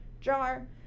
jar